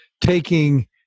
taking